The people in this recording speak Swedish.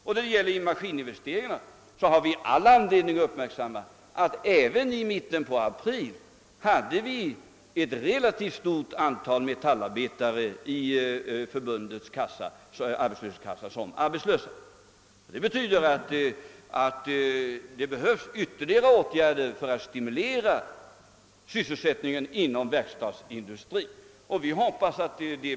När det gäller maskininvesteringarna bör uppmärksammas att det även i mitten av april fanns ett relativt stort antal metallarbetare noterade som arbetslösa och att det alltså behövs ytterligare åtgärder för att stimulera sysselsättningen inom verkstadsindustrin.